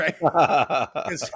right